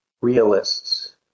realists